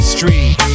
Street